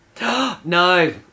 No